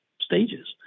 stages